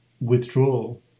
withdrawal